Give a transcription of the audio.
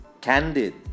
candid